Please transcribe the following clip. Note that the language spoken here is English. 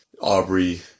Aubrey